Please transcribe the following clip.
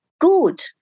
good